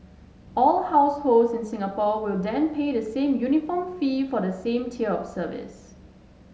all households in Singapore will then pay the same uniform fee for the same tier of service